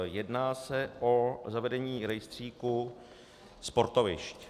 Jedná se o zavedení rejstříku sportovišť.